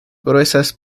gruesas